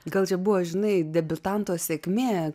gal čia buvo žinai debiutanto sėkmė